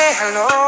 hello